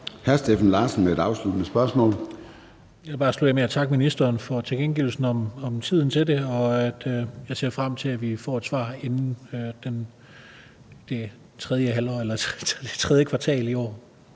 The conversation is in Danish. Hr. Steffen Larsen med et afsluttende spørgsmål. Kl. 13:43 Steffen Larsen (LA): Jeg vil bare slutte af med at takke ministeren for tilkendegivelsen om tiden til det, og jeg ser frem til, at vi får et svar inden tredje kvartal i år.